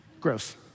gross